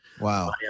Wow